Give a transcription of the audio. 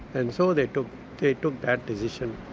and so they took they took that position,